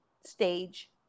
stage